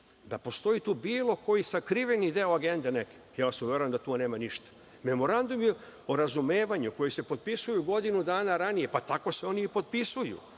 da postoji tu bilo koji sakriveni deo agende neke, uveravam vas da tu nema ništa. Memorandumi o razumevanju, koji se potpisuju godinu dana ranije, pa tako se oni i potpisuju.